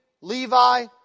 Levi